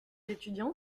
étudiants